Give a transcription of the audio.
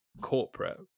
corporate